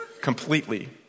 completely